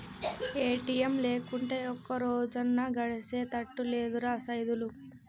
ATM లేకుంటే ఒక్కరోజన్నా గడిసెతట్టు లేదురా సైదులు